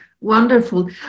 Wonderful